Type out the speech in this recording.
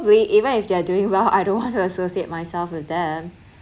probably even if they're doing well I don't want to associate myself with them